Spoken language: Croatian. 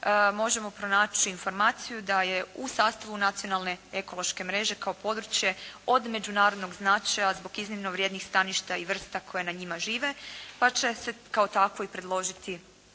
možemo pronaći informaciju da je u sastavu nacionalne ekološke mreže kao područje od međunarodnog značaja zbog iznimno vrijednih staništa i vrsta koje na njima žive pa će se kao takvo i predložiti